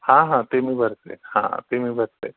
हा हा ते मी भरते हा ते मी बघते